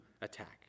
attack